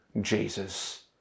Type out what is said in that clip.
Jesus